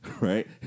right